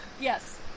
Yes